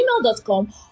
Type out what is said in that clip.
gmail.com